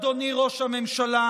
אדוני ראש הממשלה,